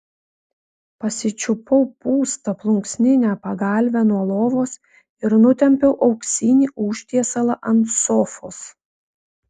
pasičiupau pūstą plunksninę pagalvę nuo lovos ir nutempiau auksinį užtiesalą ant sofos